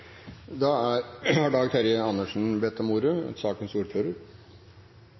Da har representanten Dag Terje Andersen